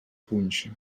punxa